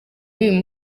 y’uyu